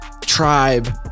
Tribe